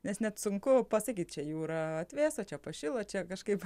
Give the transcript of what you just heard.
nes net sunku pasakyt čia jūra atvėso čia pašilo čia kažkaip